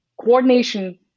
coordination